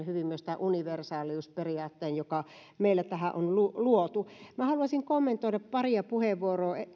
hyvin myös tämän universaaliusperiaatteen joka meillä tähän on luotu minä haluaisin kommentoida paria puheenvuoroa